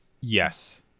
Yes